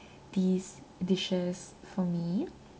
these dishes for me